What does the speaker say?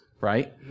right